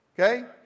Okay